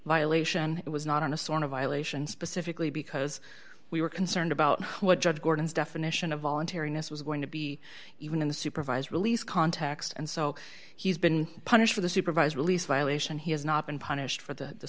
violation it was not on a sort of violation specifically because we were concerned about what judge gordon's definition of voluntariness was going to be even in the supervised release context and so he's been punished for the supervised release violation he has not been punished for the